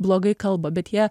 blogai kalba bet jie